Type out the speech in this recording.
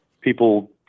people